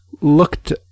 looked